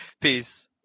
peace